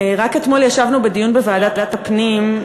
רק אתמול ישבנו בדיון בוועדת הפנים,